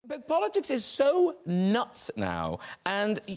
but politics is so nuts now. and,